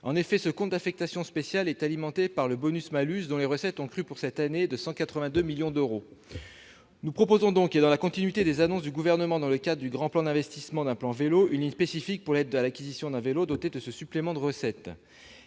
En effet, le présent compte d'affectation spéciale est alimenté par le bonus-malus, dont les recettes ont cru pour cette année de 182 millions d'euros. Nous proposons donc, et dans la continuité des annonces du Gouvernement sur un plan Vélo dans le cadre du Grand Plan d'investissement, une ligne spécifique pour l'aide à l'acquisition d'un vélo, dotée de ce supplément de recettes.